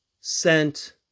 sent